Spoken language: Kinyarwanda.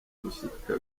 bishika